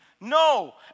No